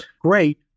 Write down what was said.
great